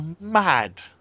mad